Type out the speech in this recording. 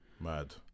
Mad